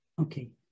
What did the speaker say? Okay